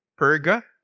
Perga